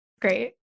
Great